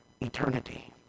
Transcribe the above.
eternity